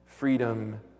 Freedom